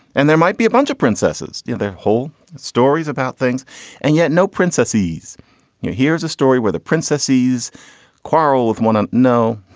and there might be a bunch of princesses, you know, their whole stories about things and yet no princesses. here's a story where the princesses quarrel with want to know.